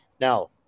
now